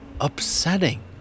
upsetting